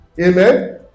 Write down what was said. Amen